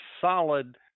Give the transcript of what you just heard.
solid